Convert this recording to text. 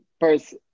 First